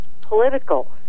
political